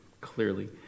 clearly